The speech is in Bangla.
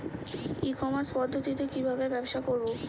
ই কমার্স পদ্ধতিতে কি ভাবে ব্যবসা করব?